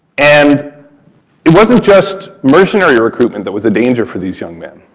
and it wasn't just mercenary recruitment that was a danger for these young men.